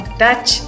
touch